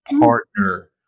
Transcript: partner